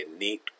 neat